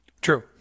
True